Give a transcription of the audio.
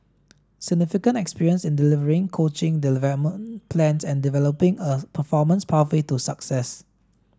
significant experience in delivering coaching development plans and developing a performance pathway to success